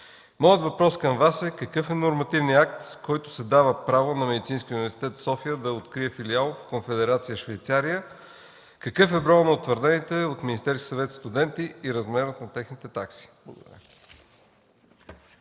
Моят въпрос към Вас е: какъв е нормативният акт, с който се дава право на Медицинския университет в София да открие филиал в Конфедерация Швейцария? Какъв е броят на утвърдените от Министерския съвет студенти и размерът на техните такси?